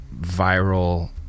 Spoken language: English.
viral